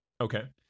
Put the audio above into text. Okay